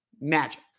Magic